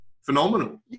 Phenomenal